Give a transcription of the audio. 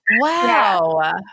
Wow